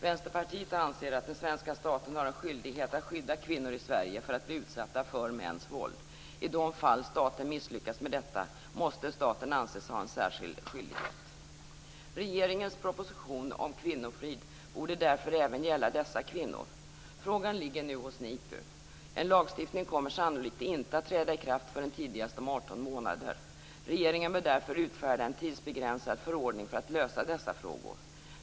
Vänsterpartiet anser att den svenska staten har en skyldighet att skydda kvinnor i Sverige från att bli utsatta för mäns våld. I de fall staten misslyckas med detta måste staten anses ha en särskild skyldighet. Regeringens proposition om kvinnofrid borde därför även gälla dessa kvinnor. Frågan ligger nu hos NIPU. En lagstiftning kommer sannolikt inte att träda i kraft förrän tidigast om 18 månader. Regeringen bör därför utfärda en tidsbegränsad förordning för att lösa dessa frågor.